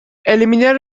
eliminar